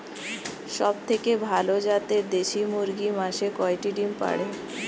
সবথেকে ভালো জাতের দেশি মুরগি মাসে কয়টি ডিম পাড়ে?